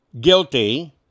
guilty